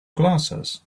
glasses